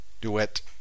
duet